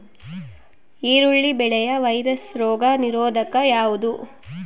ಈರುಳ್ಳಿ ಬೆಳೆಯ ವೈರಸ್ ರೋಗ ನಿರೋಧಕ ಯಾವುದು?